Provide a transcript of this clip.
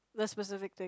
the specific thing